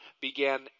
began